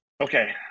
okay